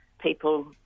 people